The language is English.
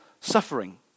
suffering